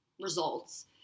results